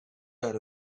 heard